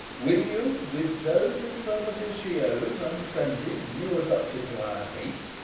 will you, with those infirmities she owes, unfriended, new-adopted to our hate,